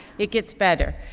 it gets better.